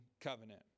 covenant